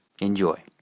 Enjoy